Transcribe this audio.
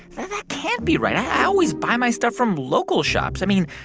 but that can't be right. i always buy my stuff from local shops. i mean,